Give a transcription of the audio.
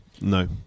No